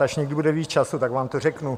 Až někdy bude víc času, tak vám to řeknu.